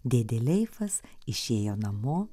dėdė leifas išėjo namo